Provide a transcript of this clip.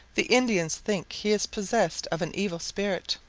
the indians think he is possessed of an evil spirit.